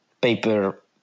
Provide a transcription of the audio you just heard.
paper